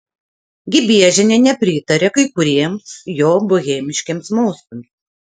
gibiežienė nepritaria kai kuriems jo bohemiškiems mostams